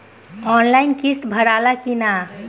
Online किस्त भराला कि ना?